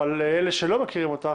אבל לאלה שלא מכירים אותך,